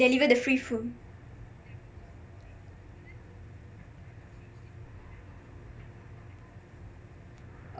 even the